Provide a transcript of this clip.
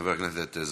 חבר הכנסת זחאלקה,